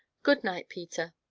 good night, peter!